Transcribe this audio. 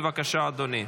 בבקשה, אדוני.